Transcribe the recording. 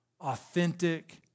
authentic